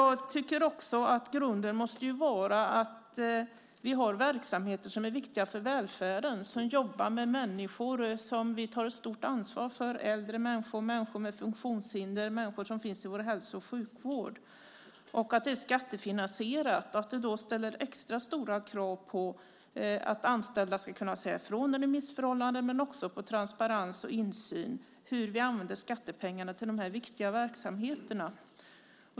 Grunden måste vara att vi har verksamheter som är viktiga för välfärden, verksamheter där man jobbar med människor som vi tar ett stort ansvar för - äldre människor, människor med funktionshinder, människor som finns i vår hälso och sjukvård - och att de är skattefinansierade. Det ställer extra stora krav på att anställda ska kunna säga ifrån när det är missförhållanden. Men det ställer också krav på transparens och insyn när det gäller hur vi använder skattepengarna till de här viktiga verksamheterna.